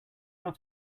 how